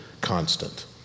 constant